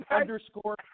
underscore